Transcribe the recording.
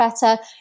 better